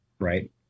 right